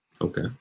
okay